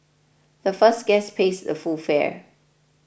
the first guest pays the full fare